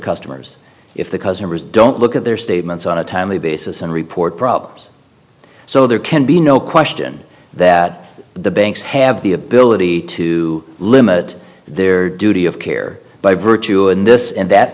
customers if the customers don't look at their statements on a timely basis and report problems so there can be no question that the banks have the ability to limit their duty of care by virtue in this in that